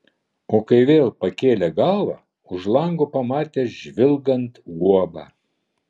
o kai vėl pakėlė galvą už lango pamatė žvilgant guobą